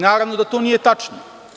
Naravno da to nije tačno.